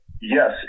yes